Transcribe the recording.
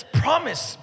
promise